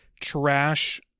trash